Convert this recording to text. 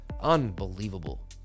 Unbelievable